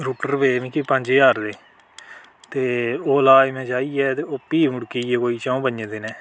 router पे मिगी पंज ज्हार रपेऽ ते ओह् लाए में जाइयै ते ओह् फ्ही मुड़की गे कोई चौं पंजें दिनें